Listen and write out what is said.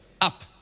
Up